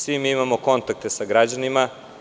Svi imamo kontakte sa građanima.